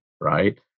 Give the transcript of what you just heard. right